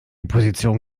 position